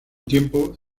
tiempo